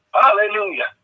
hallelujah